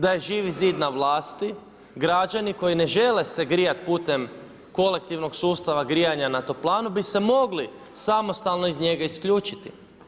Da je Živi zid na vlasti građani koji ne žele se grijati putem kolektivnog sustava grijanja na toplanu bi se mogli samostalno iz njega isključiti.